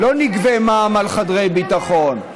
לא נגבה מע"מ על חדרי ביטחון.